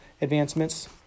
advancements